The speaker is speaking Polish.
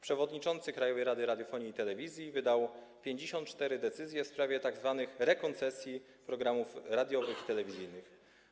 Przewodniczący Krajowej Rady Radiofonii i Telewizji wydał 54 decyzje w sprawie tzw. rekoncesji programów radiowych i telewizyjnych.